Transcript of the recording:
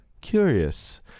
Curious